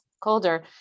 colder